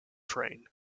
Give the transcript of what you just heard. train